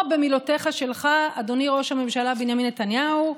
או במילותיך שלך, אדוני ראש הממשלה בנימין נתניהו,